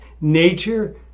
nature